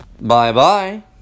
Bye-bye